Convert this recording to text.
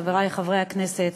חברי חברי הכנסת,